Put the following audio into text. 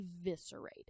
eviscerated